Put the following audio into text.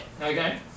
Okay